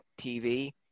TV